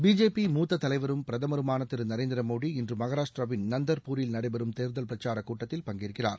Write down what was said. BJP மூத்த தலைவரும் பிரதமருமான திரு நரேந்திர மோடி இன்று மகாராஷ்டிராவின் நந்தர்ப்பூரில் நடைபெறும் தேர்தல் பிரச்சாரக் கூட்டத்தில் பங்கேற்கிறார்